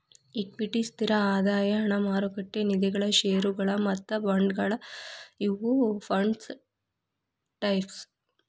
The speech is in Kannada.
ಇಕ್ವಿಟಿ ಸ್ಥಿರ ಆದಾಯ ಹಣ ಮಾರುಕಟ್ಟೆ ನಿಧಿಗಳ ಷೇರುಗಳ ಮತ್ತ ಬಾಂಡ್ಗಳ ಇವು ಫಂಡ್ಸ್ ಟೈಪ್ಸ್